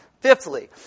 Fifthly